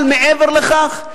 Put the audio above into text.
אבל מעבר לכך,